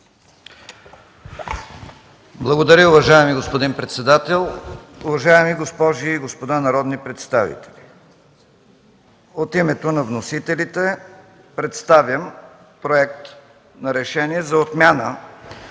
Благодаря, уважаеми господин председател. Уважаеми госпожи и господа народни представители, от името на вносителите представям: „Проект! РЕШЕНИЕ за отмяна